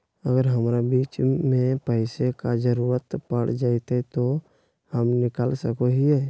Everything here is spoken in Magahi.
अगर हमरा बीच में पैसे का जरूरत पड़ जयते तो हम निकल सको हीये